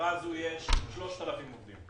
לחברה הזו יש 3,000 עובדים.